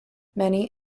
many